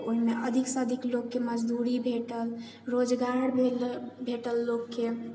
तऽ ओहिमे अधिकसँ अधिक लोकके मजदूरी भेटल रोजगार भेटल लोकके